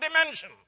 dimension